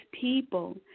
people